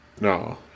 No